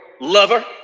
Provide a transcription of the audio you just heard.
lover